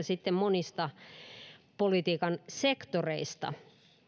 sitten monista politiikan sektoreista